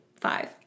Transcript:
Five